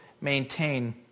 maintain